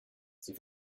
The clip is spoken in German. sie